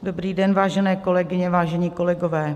Dobrý den, vážené kolegyně, vážení kolegové.